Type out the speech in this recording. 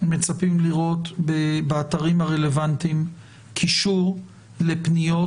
מצפים לראות באתרים הרלוונטיים קישור לפניות